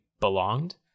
belonged